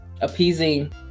appeasing